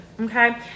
Okay